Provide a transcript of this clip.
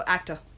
Actor